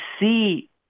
see